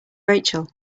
rachel